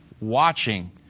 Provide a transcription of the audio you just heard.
watching